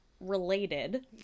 related